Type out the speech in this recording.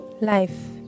Life